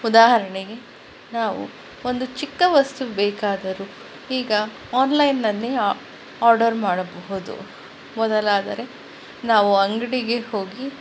ಉದಾಹರಣೆಗೆ ನಾವು ಒಂದು ಚಿಕ್ಕ ವಸ್ತು ಬೇಕಾದರೂ ಈಗ ಆನ್ಲೈನ್ನಲ್ಲಿ ಆರ್ಡರ್ ಮಾಡಬೋದು ಮೊದಲಾದರೆ ನಾವು ಅಂಗಡಿಗೆ ಹೋಗಿ